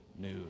news